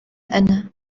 أنا